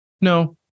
no